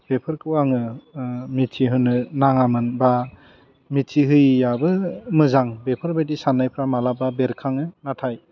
बेफोरखौ आङो मिथिहोनो नाङामोनबा निथिहोयैयाबो मोजां बेफोरबायदि सान्नायफ्रा मालाबा बेरखाङो नाथाय